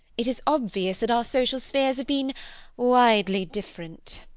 it is obvious that our social spheres have been widely different.